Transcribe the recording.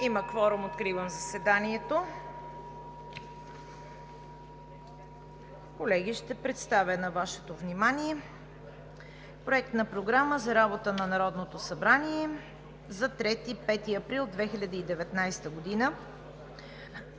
Има кворум. (Звъни.) Откривам заседанието. Колеги, ще представя на Вашето внимание Проект на програма за работата на Народното събрание за 3 – 5 април 2019 г.: